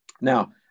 Now